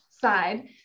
side